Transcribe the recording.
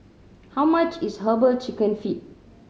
how much is Herbal Chicken Feet